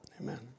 amen